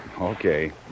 Okay